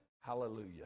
Hallelujah